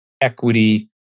equity